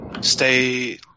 stay